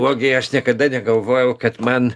ogi aš niekada negalvojau kad man